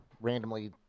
randomly